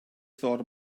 thought